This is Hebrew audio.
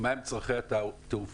מה הם צורכי התעופה,